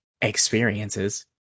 experiences